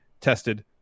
tested